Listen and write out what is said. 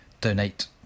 donate